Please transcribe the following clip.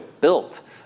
built